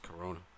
Corona